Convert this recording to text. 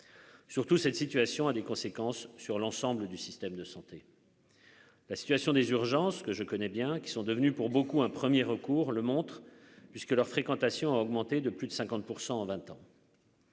Surtout, cette situation a des conséquences sur l'ensemble du système de santé. La situation des urgences que je connais bien, qui sont devenus pour beaucoup un 1er recours le montre, puisque leur fréquentation a augmenté de plus de 50 % en 20 ans.